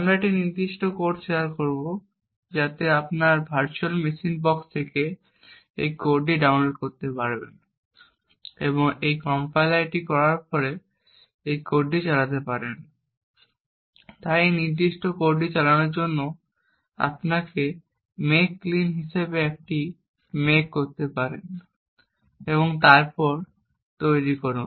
আমরা এই নির্দিষ্ট কোডটি শেয়ার করব যাতে আপনি আপনার ভার্চুয়াল মেশিন বক্স থেকে এই কোডটি ডাউনলোড করতে পারেন এবং এটি কম্পাইল করার পরে এই কোডটি চালাতে পারেন তাই এই নির্দিষ্ট কোডটি চালানোর জন্য আপনি এখানে মেক ক্লিন হিসাবে একটি মেক করতে পারেন তারপর তৈরি করুন